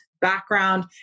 background